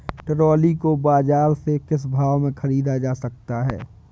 Trolley को बाजार से किस भाव में ख़रीदा जा सकता है?